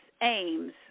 aims